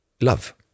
love